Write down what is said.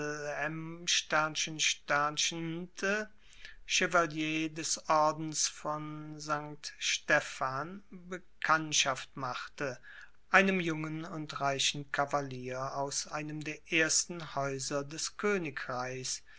chevalier des ordens von st stephan bekanntschaft machte einem jungen und reichen kavalier aus einem der ersten häuser des königreichs